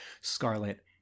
scarlet